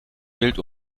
wild